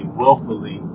willfully